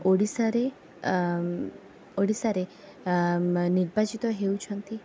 ଓଡ଼ିଶାରେ ଓଡ଼ିଶାରେ ନିର୍ବାଚିତ ହେଉଛନ୍ତି